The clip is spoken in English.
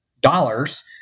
dollars